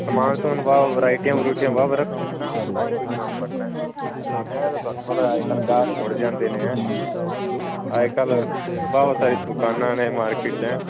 ਸਮਾਨ ਸਮੁਨ ਵਾ ਵਰਾਈਟੀਆਂ ਵਰੂਟੀਆਂ ਵਾਹਵਾ ਰੱਖੋਗੇ ਨਾ ਤਾਂ ਹੀ ਕੋਈ ਕੰਮ ਬਣਨਾ ਐਂ ਤਾਂ ਤੁਹਾਨੂੰ ਪਤਾ ਅੱਜ ਕੱਲ੍ਹ ਗਾਹਕ ਮੁੜ ਜਾਂਦੇ ਨੇ ਹੈਂ ਅੱਜ ਕੱਲ੍ਹ ਵਾਹਵਾ ਸਾਰੀ ਦੁਕਾਨਾਂ ਨੇ ਮਾਰਕੀਟ 'ਚ ਹੈਂ